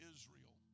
Israel